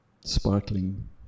sparkling